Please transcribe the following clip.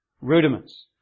rudiments